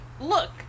look